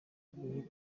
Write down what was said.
ubonye